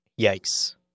Yikes